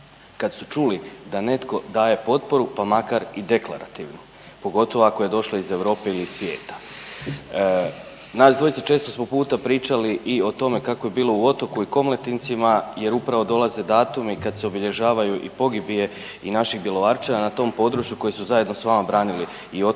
kada su čuli da netko daje potporu pa makar i deklarativno, pogotovo ako je došla iz Europe ili svijeta. Nas dvojica često smo puta pričali i o tome kako je bilo u Otoku i Komletincima jer upravo dolaze datumi kada se obilježavaju i pogibije i naših Bjelovarčana na tom području koji su zajedno s vama branili i Otok i